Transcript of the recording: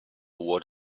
what